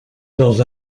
dans